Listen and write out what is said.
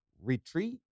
retreat